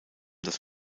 das